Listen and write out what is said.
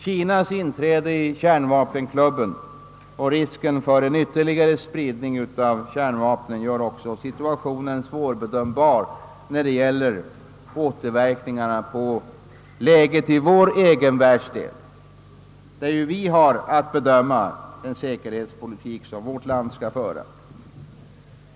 Kinas inträde i kärnvapenklubben och risken för ytterligare spridning av kärnvapen gör också situationen svårbedömbar när det gäller återverkningarna på läget i vår egen världsdel, där vi har att bedöma den säkerhetspolitik som vårt land skall föra.